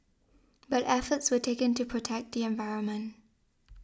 but efforts were taken to protect the environment